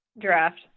draft